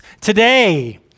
today